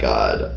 God